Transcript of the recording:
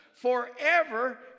forever